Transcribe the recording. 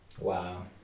Wow